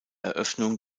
eröffnung